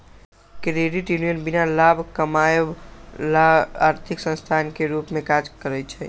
credit union बीना लाभ कमायब ला आर्थिक संस्थान के रूप में काज़ करइ छै